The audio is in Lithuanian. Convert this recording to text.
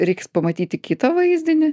reiks pamatyti kitą vaizdinį